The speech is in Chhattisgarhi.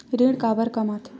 ऋण काबर कम आथे?